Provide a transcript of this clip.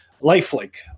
lifelike